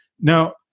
Now